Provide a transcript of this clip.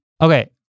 Okay